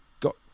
got